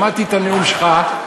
שמעתי את הנאום שלך,